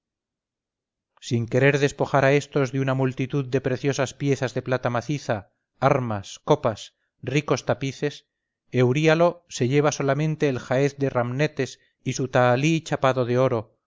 sin querer despojar a estos de una multitud de preciosas piezas de plata maciza armas copas ricos tapices euríalo se lleva solamente el jaez de ramnetes y su tahalí chapado de oro